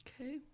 Okay